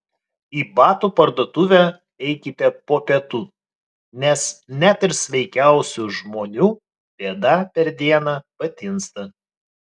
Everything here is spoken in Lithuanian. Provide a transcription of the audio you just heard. į batų parduotuvę eikite po pietų nes net ir sveikiausių žmonių pėda per dieną patinsta